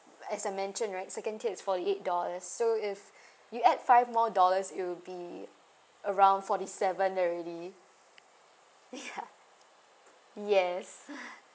as I mentioned right second tier is forty eight dollars so if you add five more dollars it will be around forty seven already ya yes